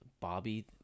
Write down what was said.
Bobby